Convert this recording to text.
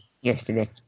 Yesterday